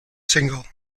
single